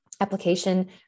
application